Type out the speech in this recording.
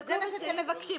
זה מה שאתם מבקשים,